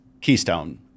Keystone